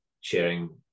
sharing